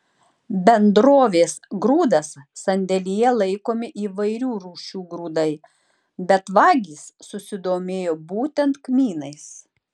bendrovės grūdas sandėlyje laikomi įvairių rūšių grūdai bet vagys susidomėjo būtent kmynais